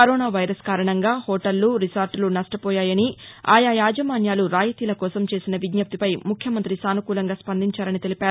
corona virus కారణంగా హోటళ్లు రిసార్లులు నష్టపోయాయని ఆయా యాజమాన్యాలు రాయితీల కోసం చేసిన విజ్జప్తిపై ముఖ్యమంతి సాసుకూలంగా స్పందించారని తెలిపారు